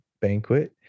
banquet